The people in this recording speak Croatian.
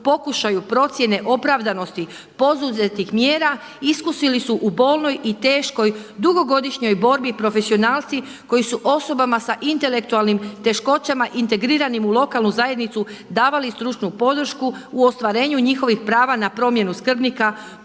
pokušaju procjene opravdanosti poduzetih mjera iskusili su u bolnoj i teškoj dugogodišnjoj borbi profesionalci koji su osobama sa intelektualnim teškoćama integriranim u lokalnu zajednicu davali stručnu podršku u ostvarenju njihovih prava na promjenu skrbnika,